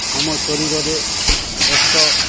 ଆମ ଶରୀରରେ ରକ୍ତ